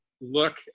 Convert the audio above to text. look